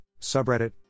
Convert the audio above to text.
subreddit